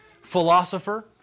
philosopher